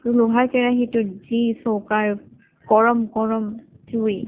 লোহাৰ কেৰাহিটোত যি চৌকাৰ গৰম গৰম গৰম জুই